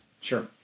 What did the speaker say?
Sure